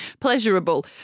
pleasurable